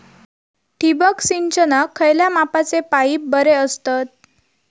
ठिबक सिंचनाक खयल्या मापाचे पाईप बरे असतत?